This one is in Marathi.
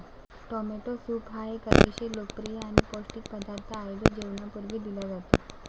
टोमॅटो सूप हा एक अतिशय लोकप्रिय आणि पौष्टिक पदार्थ आहे जो जेवणापूर्वी दिला जातो